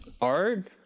art